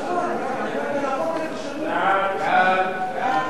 חוק שירותי הדת היהודיים (תיקון מס' 17),